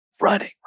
running